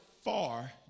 far